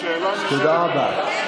תודה רבה.